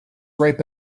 ripe